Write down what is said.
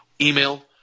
email